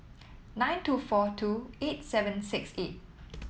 nine two four two eight seven six eight